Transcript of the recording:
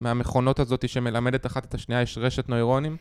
מהמכונות הזאתי שמלמדת אחת את השנייה יש רשת נוירונים,